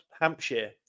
Hampshire